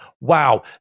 Wow